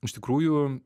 iš tikrųjų